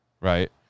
right